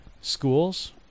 schools